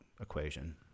equation